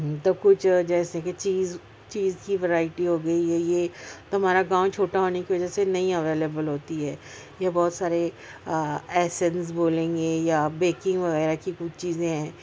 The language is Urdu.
تو کچھ جیسے کہ چیز چیز کی ویرائٹی ہوگئی یہ یہ تو ہمارا گاؤں چھوٹا ہونے کہ وجہ سے نہیں اویلیول ہوتی ہے یا بہت سارے ایسنز بولیں گے یا بیکنگ وغیرہ کہ کچھ چیزیں ہیں